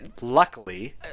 luckily